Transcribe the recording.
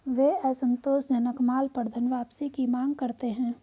वे असंतोषजनक माल पर धनवापसी की मांग करते हैं